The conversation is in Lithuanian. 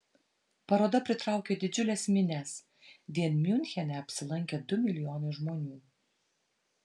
paroda pritraukė didžiules minias vien miunchene apsilankė du milijonai žmonių